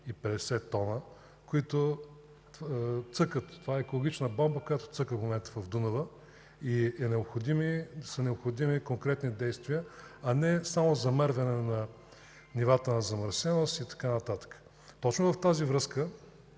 850 тона, които цъкат – това е екологична бомба, която цъка в момента в река Дунав и са необходими конкретни действия, а не само замерване на нивата на замърсеност и така нататък. Точно в тази връзка